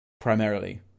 primarily